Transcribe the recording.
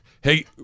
hey